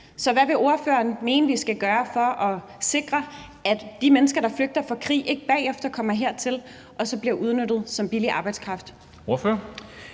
Så hvad vil ordføreren mene at vi skal gøre for at sikre, at de mennesker, der flygter fra krig, ikke kommer hertil og så bliver udnyttet som billig arbejdskraft? Kl.